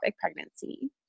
pregnancy